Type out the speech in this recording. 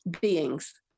beings